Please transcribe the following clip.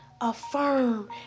Affirm